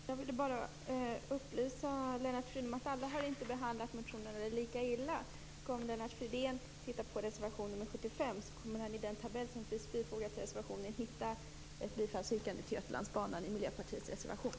Fru talman! Jag vill bara upplysa Lennart Fridén om att alla inte har behandlat motionerna lika illa. Om han tittar på reservation nr 75 av Miljöpartiet kommer han i den tabell som är bifogad till reservationen att hitta ett bifallsyrkande till Götalandsbanan.